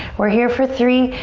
we're here for three,